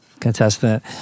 contestant